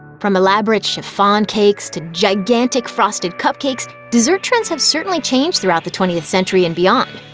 from elaborate chiffon cakes to gigantic frosted cupcakes, dessert trends have certainly changed throughout the twentieth century and beyond.